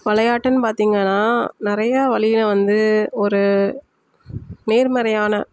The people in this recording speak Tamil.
விளையாட்டுன் பார்த்தீங்கன்னா நிறைய வழியில் வந்து ஒரு நேர்மறையான